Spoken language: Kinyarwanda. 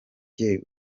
jye